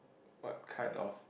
what kind of